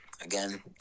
again